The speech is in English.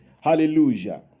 hallelujah